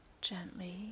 gently